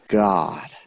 god